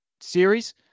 series